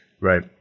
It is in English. Right